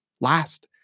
last